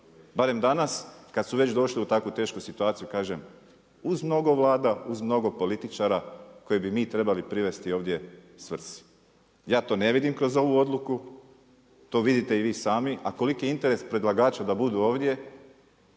barem danas kada su već došli u takvu tešku situaciju, kažem, uz mnogo Vlada, uz mnogo političara koje bi mi trebali privesti ovdje svrsi. Ja to ne vidim kroz ovu odluku, to vidite i vi sami a koliki je interes predlagača da budu ovdje,